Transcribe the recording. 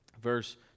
verse